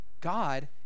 God